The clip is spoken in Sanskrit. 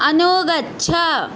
अनुगच्छ